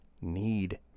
need